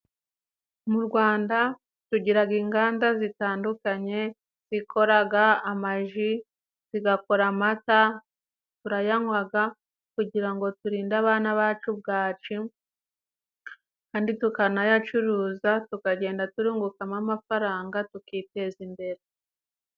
Mu Rwanda tugiraga inganda zitandukanye zikoraga amaji zigakora amata, turayanwaga kugira ngo turinde abana bacu bwaki, andi tukanayacuruza tukagenda turungukamo amafaranga tukiteza imbere.